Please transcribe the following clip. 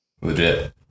Legit